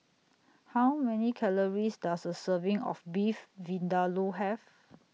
How Many Calories Does A Serving of Beef Vindaloo Have